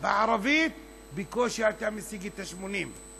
בערבית בקושי אתה משיג את ה-80.